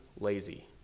lazy